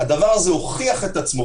הדבר הזה הוכיח את עצמו,